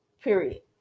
Period